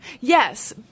Yes